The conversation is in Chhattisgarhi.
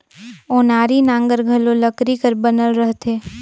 ओनारी नांगर घलो लकरी कर बनल रहथे